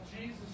Jesus